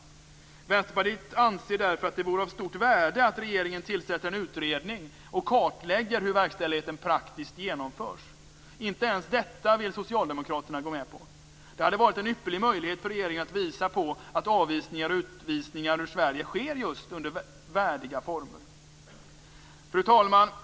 Vänsterpartiet anser därför att det vore av stort värde att regeringen tillsätter en utredning och kartlägger hur verkställigheten praktiskt genomförs. Inte ens detta vill socialdemokraterna gå med på. Det hade varit en ypperlig möjlighet för regeringen att visa på att avvisningar och utvisningar ur Sverige sker under värdiga former. Fru talman!